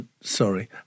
Sorry